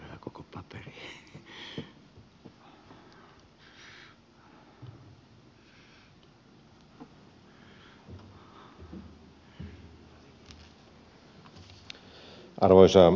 arvoisa herra puhemies